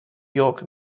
york